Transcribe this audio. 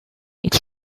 its